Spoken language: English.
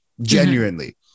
Genuinely